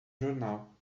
jornal